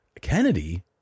Kennedy